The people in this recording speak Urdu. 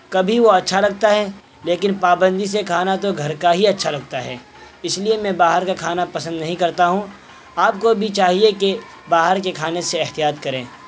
کبھی وہ اچھا لگتا ہے لیکن پابندی سے کھانا تو گھر کا ہی اچھا لگتا ہے اس لیے میں باہر کا کھانا پسند نہیں کرتا ہوں آپ کو بھی چاہیے کہ باہر کے کھانے سے احتیاط کریں